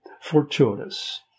fortuitous